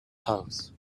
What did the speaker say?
house